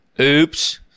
Oops